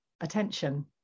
attention